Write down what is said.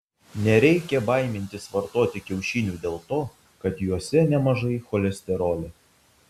nereikia baimintis vartoti kiaušinių dėl to kad juose nemažai cholesterolio